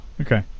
Okay